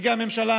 נציגי הממשלה,